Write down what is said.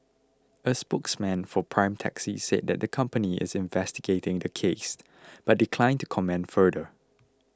a spokesman for Prime Taxi said that the company is investigating the case but declined to comment further